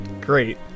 Great